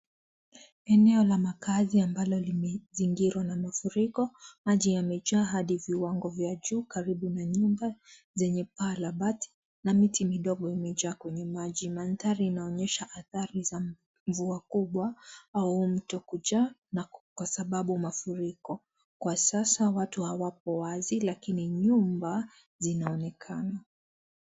Eneo la makazi ambalo limezingirwa na mafuriko. Maji yamejaa hadi viwango vya juu karibu na nyumba zenye paa la bati na miti midogo imejaa kwenye maji. Mandhari inaonyesha athari za mvua kubwa au mto kujaa kwa sababu ya mafuriko. Kwa sasa watu hawapo wazi lakini nyumba zinaonekana.